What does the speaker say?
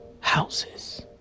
houses